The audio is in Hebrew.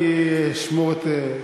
אני אשמור את,